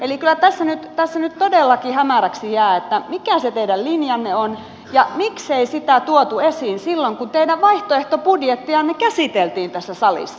eli kyllä tässä nyt todellakin hämäräksi jää mikä se teidän linjanne on ja miksei sitä tuotu esiin silloin kun teidän vaihtoehtobudjettianne käsiteltiin tässä salissa